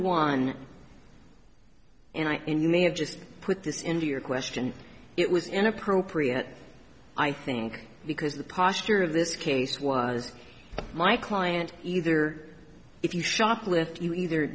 i and you may have just put this into your question it was inappropriate i think because the posture of this case was my client either if you shoplift you either